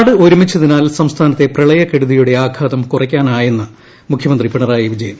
നാട് ഒരുമിച്ചതിനാൽ സംസ്ഥാനത്തെ പ്രളയ കെടുതിയുടെ ആഘാത്ം കുറയ്ക്കാനായെന്ന് മുഖ്യമന്ത്രി പിണറായി വിജയിൻ